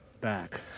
back